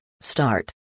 start